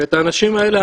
האנשים האלה,